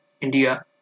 India